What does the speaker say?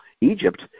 Egypt